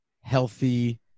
healthy